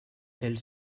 elles